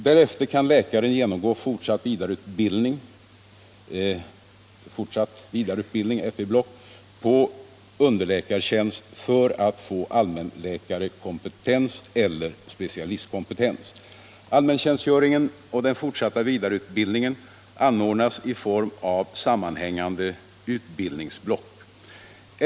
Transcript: Därefter kan läkaren genomgå fortsatt vidareutbildning på underläkartjänst för att få allmänläkarkompetens eller specialistkompetens. Allmäntjänstgöringen och den fortsatta vidareutbildningen anordnas i form av sammanhängande utbildningsblock.